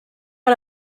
out